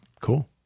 cool